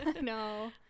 no